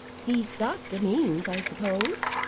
he's got the means, i suppose?